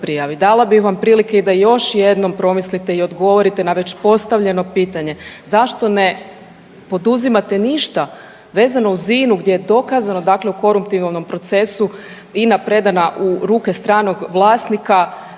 Dala bi vam prilike i da još jednom promislite i odgovorite na već postavljeno pitanje zašto ne poduzimate ništa vezano uz INU gdje je dokazano dakle u koruptivnom procesu INA predana u ruke stranog vlasnika,